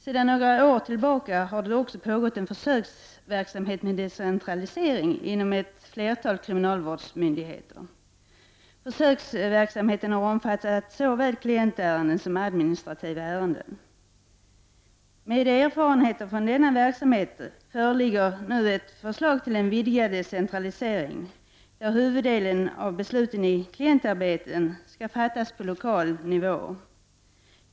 Sedan några år tillbaka har det också pågått en försöksverksamhet med decentralisering inom ett flertal kriminalvårdsmyndigheter. Försöksverksamheten har omfattat såväl klientärenden som administrativa ärenden. Med erfarenheterna från denna verksamhet föreligger nu ett förslag till en vidgad decentralisering. Huvuddelen av besluten beträffande klientarbeten skall fattas på lokal nivå.